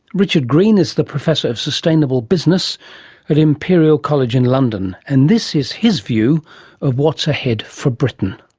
richard green is the professor of sustainable business at imperial college in london, and this is his view of what's ahead for britain.